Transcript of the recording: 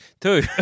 two